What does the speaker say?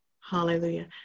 Hallelujah